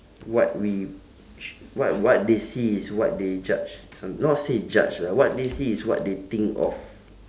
what we sh~ what what they see is what they judge some not say judge lah what they see is what they think of